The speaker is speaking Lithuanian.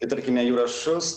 tai tarkime jurašus